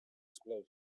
explosion